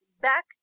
back